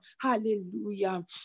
Hallelujah